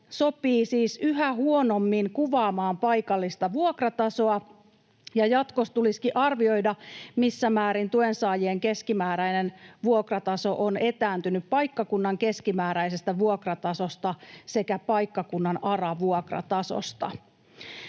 sopii siis yhä huonommin kuvaamaan paikallista vuokratasoa, ja jatkossa tulisikin arvioida, missä määrin tuensaajien keskimääräinen vuokrataso on etääntynyt paikkakunnan keskimääräisestä vuokratasosta sekä paikkakunnan ARA-vuokratasosta.